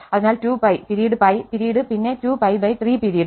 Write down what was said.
അതിനാൽ 2π പിരീഡ്π പിരീഡ് പിന്നെ 2π3 പിരീഡ്